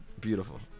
beautiful